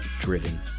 driven